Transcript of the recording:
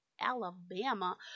Alabama